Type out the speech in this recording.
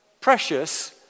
precious